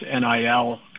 NIL